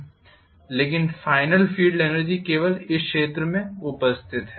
लेकिन final field energy केवल इस क्षेत्र में उपस्थित है